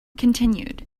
continued